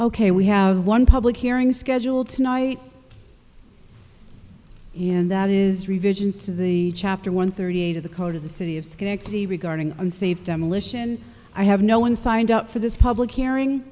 ok we have one public hearing scheduled tonight and that is revisions to the chapter one thirty eight of the code of the city of schenectady regarding unsafe demolition i have no one signed up for this public hearing